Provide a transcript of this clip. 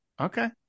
Okay